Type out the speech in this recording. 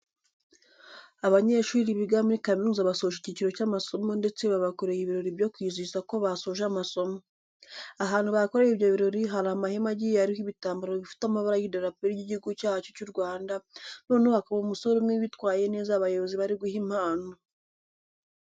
Abanyeshuri biga muri kaminuza basoje icyiciro cy'amasomo ndetse babakoreye ibirori byo kwizihiza ko basoje amasomo. Ahantu bakoreye ibyo birori hari amahema agiye ariho ibitambaro bifite amabara y'idarapo ry'Igihugu cyacu cy'u Rwanda, noneho hakaba umusore umwe witwaye neza abayobozi bari guha impano.